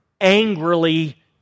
angrily